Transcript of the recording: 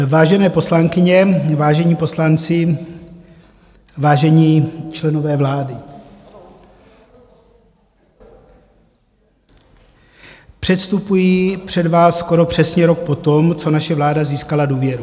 Vážené poslankyně, vážení poslanci, vážení členové vlády, předstupuji před vás skoro přesně rok potom, co naše vláda získala důvěru.